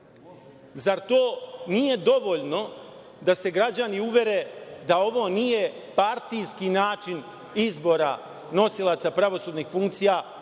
to nije dovoljno da se građani uvere da ovo nije partijski način izbora nosilaca pravosudnih funkcija,